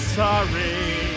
sorry